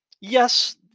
yes